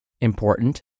Important